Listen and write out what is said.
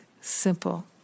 simple